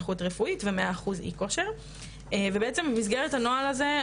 נכות ובשיעור של כ-100% אי כושר עבודה ובעצם במסגרת הנוהל הזה,